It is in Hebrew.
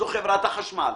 זו חברת החשמל.